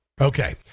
Okay